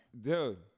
Dude